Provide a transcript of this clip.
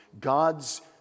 God's